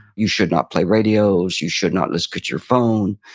you should not play radios, you should not look at your phone.